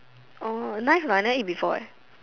oh nice or not I never eat before eh